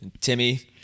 Timmy